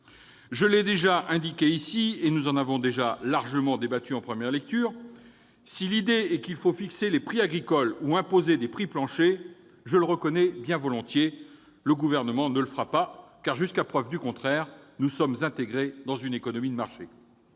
Je l'ai déjà indiqué ici même, et nous en avons déjà largement débattu en première lecture : si l'idée est de fixer les prix agricoles ou d'imposer des prix planchers, je le reconnais bien volontiers, le Gouvernement ne le fera pas ! En effet, jusqu'à preuve du contraire, nous sommes intégrés dans une économie de marché.